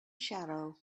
shadow